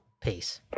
Peace